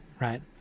right